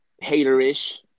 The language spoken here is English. hater-ish